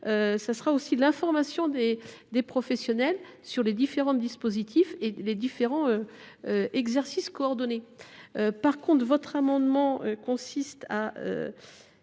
sera aussi l’information des professionnels sur les différents dispositifs et exercices coordonnés. En revanche, votre amendement consiste à